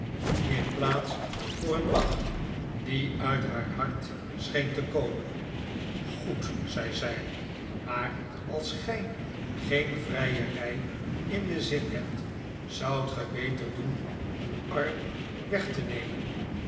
plaats voor een lach r die uit haar hart scheen te koraen goed zei zij maar als gij geen vrijerij in den zin hebt zoudt ge beter doen uw arm weg te nemen